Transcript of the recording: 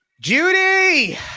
Judy